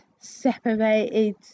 separated